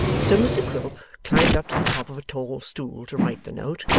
so mr quilp climbed up to the top of a tall stool to write the note,